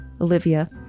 Olivia